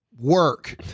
work